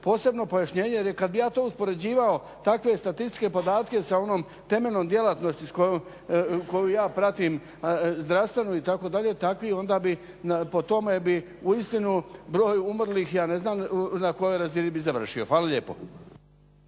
posebno pojašnjenje jer kad bih ja to uspoređivao takve statističke podatke sa onom temeljnom djelatnosti koju ja pratim zdravstvenu itd. takvi onda bi po tome bi uistinu broj umrlih, ja ne znam na kojoj razini bi završio. Hvala lijepo.